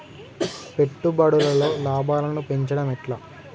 పెట్టుబడులలో లాభాలను పెంచడం ఎట్లా?